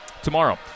tomorrow